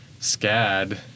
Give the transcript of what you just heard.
SCAD